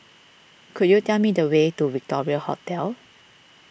could you tell me the way to Victoria Hotel